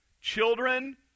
children